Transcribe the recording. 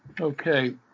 Okay